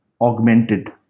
augmented